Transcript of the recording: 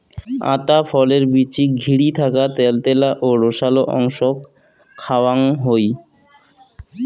আতা ফলের বীচিক ঘিরি থাকা ত্যালত্যালা ও রসালো অংশক খাওয়াং হই